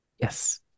Yes